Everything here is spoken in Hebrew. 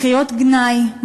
קריאות גנאי,